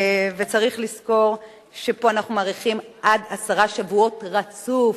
צריך לזכור שפה אנחנו מאריכים עד עשרה שבועות רצוף,